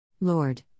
Lord